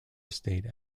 estate